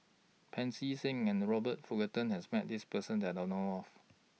Pancy Seng and Robert Fullerton has Met This Person that I know of